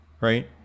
right